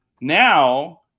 now